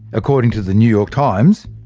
according to the new york times,